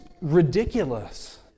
ridiculous